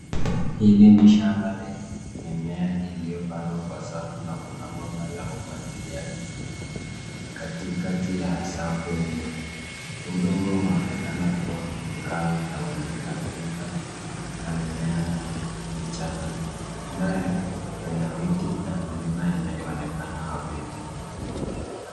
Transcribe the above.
Hili ni shamba lenye mimea iliyopandwa kwa safu na kuna bomba la umwagiliaji, Katikati ya safu hizo. Udongo unaonekana kuwa mkavu na wenye matuta na mimea na michanga. Mbali kuna miti na milima inayo onekana hafifu.